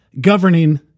governing